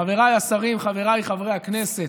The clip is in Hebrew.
חבריי השרים, חבריי חברי הכנסת,